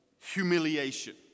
humiliation